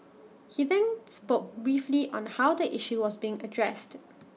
he then spoke briefly on how the issue was being addressed